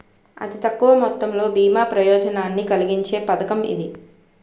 అతి తక్కువ మొత్తంతో బీమా ప్రయోజనాన్ని కలిగించే పథకం ఇది